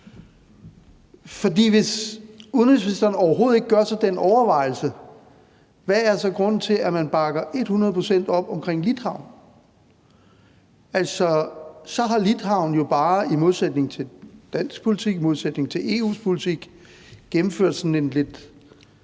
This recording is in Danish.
For hvis udenrigsministeren overhovedet ikke gør sig den overvejelse, hvad er så grunden til, at man bakker et hundrede procent op omkring Litauen? Altså, så har Litauen jo bare i modsætning til dansk politik og i modsætning til EU's politik gennemført sådan en lidt